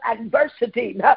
adversity